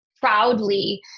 proudly